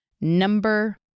number